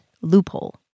loophole